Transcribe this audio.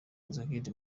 koscielny